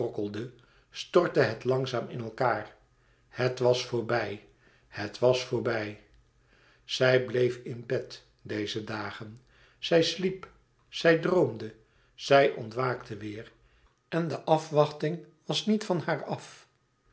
stortte het langzaam in elkaâr het was voorbij het was voorbij zij bleef in bed deze dagen zij sliep zij droomde zij ontwaakte weêr en de afwachting was niet van haar af